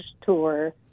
tour